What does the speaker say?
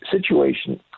situation